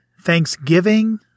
Thanksgiving